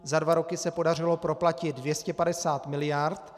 Za dva roky se podařilo proplatit 250 miliard.